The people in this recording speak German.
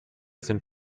sind